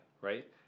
right